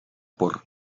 por